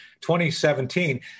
2017